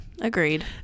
Agreed